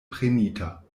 prenita